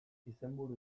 izenburu